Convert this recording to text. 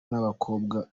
n’abakobwa